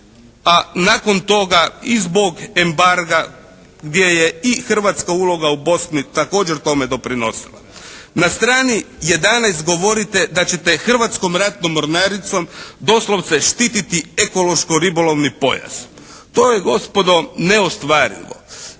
a nakon toga i zbog embarga gdje je i Hrvatska uloga u Bosni također tome doprinosila. Na strani 11. govorite da ćete Hrvatskom ratnom mornaricom doslovce štititi ekološko-ribolovni pojas. To je gospodo neostvarivo,